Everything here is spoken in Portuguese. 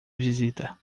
visita